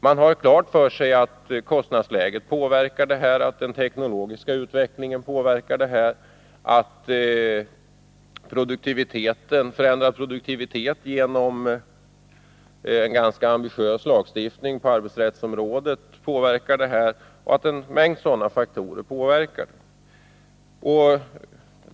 Man har klart för sig att kostnadsläget och den teknologiska utvecklingen inverkar, att produktiviteten förändras till följd av en ganska ambitiös lagstiftning på arbetsrättens område och att också detta inverkar. Det finns en mängd faktorer av det slaget som påverkar utvecklingen.